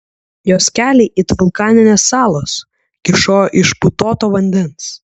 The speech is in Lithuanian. jos keliai it vulkaninės salos kyšojo iš putoto vandens